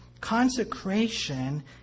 Consecration